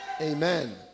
amen